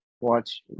watch